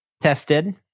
tested